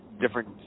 different